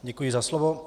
Děkuji za slovo.